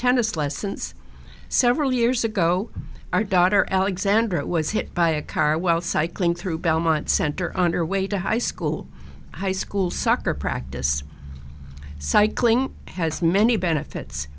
tennis lessons several years ago our daughter alexandra was hit by a car while cycling through belmont center under way to high school high school soccer practice cycling has many benefits